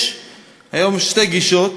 יש היום שתי גישות.